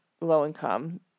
low-income